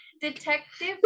detective